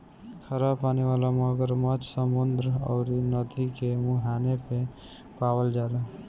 खरा पानी वाला मगरमच्छ समुंदर अउरी नदी के मुहाने पे पावल जाला